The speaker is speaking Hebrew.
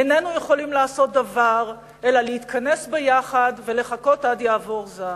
איננו יכולים לעשות דבר אלא להתכנס ביחד ולחכות עד יעבור זעם.